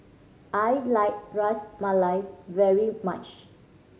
I like Ras Malai very much